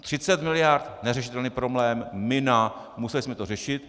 Třicet miliard, neřešitelný problém, mina, museli jsme to řešit.